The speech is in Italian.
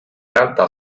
realtà